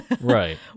right